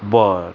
बरें